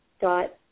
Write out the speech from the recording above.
dot